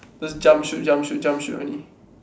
just jump shoot jump shoot jump shoot only